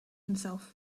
himself